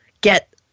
Get